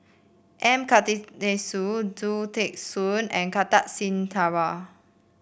M Karthigesu Khoo Teng Soon and Kartar Singh Thakral